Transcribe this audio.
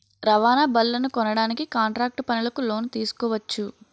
రవాణా బళ్లనుకొనడానికి కాంట్రాక్టు పనులకు లోను తీసుకోవచ్చు